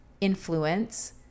influence